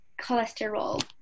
cholesterol